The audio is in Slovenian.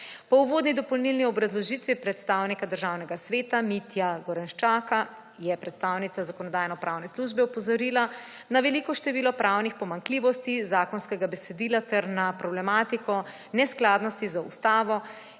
Po uvodni dopolnilni obrazložitvi predstavnika Državnega sveta Mitje Gorenščka je predstavnica Zakonodajno-pravne službe opozorila na veliko število pravnih pomanjkljivosti zakonskega besedila ter na problematiko neskladnosti z ustavo